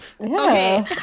Okay